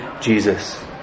Jesus